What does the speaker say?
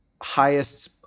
highest